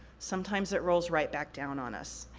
sometimes it rolls right back down on us.